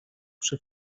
przy